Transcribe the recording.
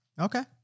Okay